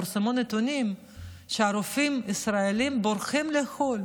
פורסמו נתונים שרופאים ישראלים בורחים לחו"ל,